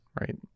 right